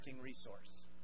resource